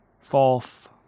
Fourth